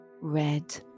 red